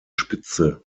spitze